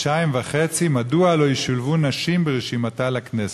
חודשיים וחצי מדוע לא ישולבו נשים ברשימתה לכנסת.